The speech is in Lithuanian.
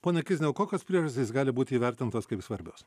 ponia kizne o kokios priežastys gali būti įvertintos kaip svarbios